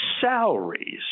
salaries